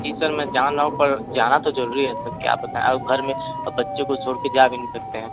जी sir मैं जान रहा हूँ पर जाना तो जरूरी है सर क्या बताएं और घर में बच्चे को छोड़कर जा भी नहीं सकते हैं